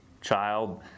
child